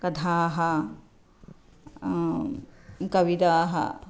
कथाः कविताः